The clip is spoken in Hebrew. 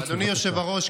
אדוני היושב-ראש,